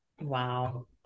Wow